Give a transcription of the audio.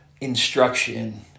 instruction